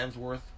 Hemsworth